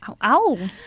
Ow